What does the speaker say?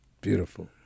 Beautiful